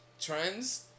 trends